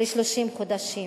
ל-30 חודשים.